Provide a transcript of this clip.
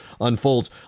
unfolds